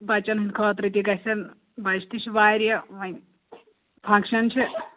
بَچَن ہٕنٛدِ خٲطرٕ تہِ گژھن بَچہِ تہِ چھِ واریاہ وۄنۍ فَنٛگشَن چھِ